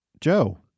Joe